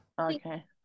Okay